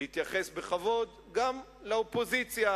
להתייחס בכבוד גם לאופוזיציה,